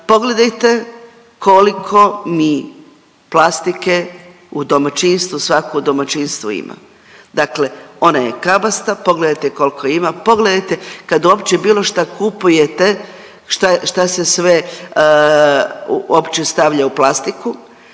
Pogledajte koliko mi plastike u domaćinstvu, svako u domaćinstvu ima, dakle ona je kabasta, pogledajte koliko je ima, pogledajte kad uopće bilo šta kupujete šta, šta se sve uopće stavlja u plastiku,